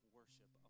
worship